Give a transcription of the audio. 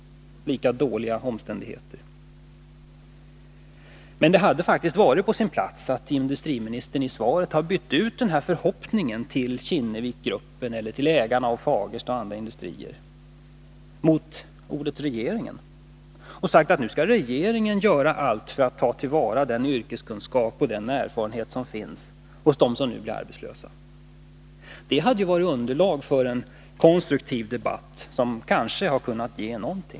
Men det hade faktiskt varit på sin plats att industriministern i svaret hade bytt ut förhoppningen till Kinnevikgruppen, ägarna av Fagersta AB och andra industrier mot ordet ”regeringen”. Han borde ha sagt att regeringen nu skall göra allt för att ta till vara den yrkeskunskap och erfarenhet som finns hos dem som nu blir arbetslösa. Då hade han skapat underlag för en konstruktiv debatt, som kanske hade kunnat ge något.